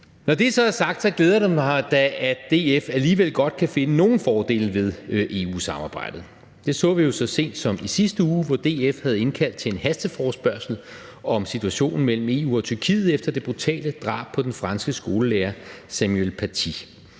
Når det så er sagt, glæder det mig da, at DF alligevel godt kan finde nogle fordele ved EU-samarbejdet. Det så vi jo så sent som i sidste uge, hvor DF havde indkaldt til en hasteforespørgsel om situationen mellem EU og Tyrkiet efter det brutale drab på den franske skolelærer Samuel Paty.